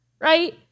right